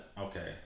Okay